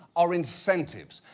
are incentives.